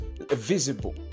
visible